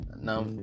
Now